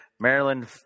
Maryland